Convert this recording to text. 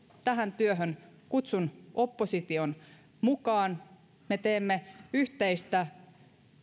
tähän työhön kutsun opposition mukaan me teemme yhteistä